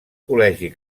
col·legi